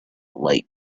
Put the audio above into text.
light